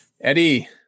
Eddie